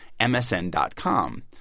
MSN.com